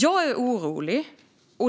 Jag